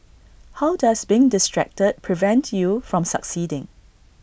how does being distracted prevent you from succeeding